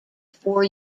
four